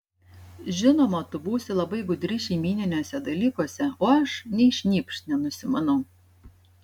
žinoma tu būsi labai gudri šeimyniniuose dalykuose o aš nei šnypšt nenusimanau